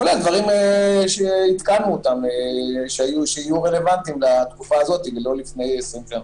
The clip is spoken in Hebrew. כולל דברים שעדכנו אותם שיהיו רלוונטיים לתקופה הזאת ולא לפני 20 שנה.